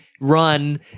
run